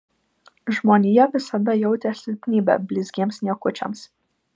žmonija visada jautė silpnybę blizgiems niekučiams